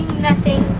nothing.